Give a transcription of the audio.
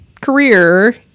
career